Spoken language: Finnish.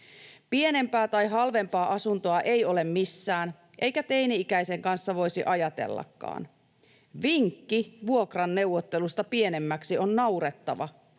Pienempää tai halvempaa asuntoa ei ole missään, eikä teini-ikäisen kanssa voisi ajatellakaan. Vinkki vuokran neuvottelusta pienemmäksi on naurettava,